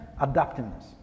adaptiveness